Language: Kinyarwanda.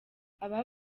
aba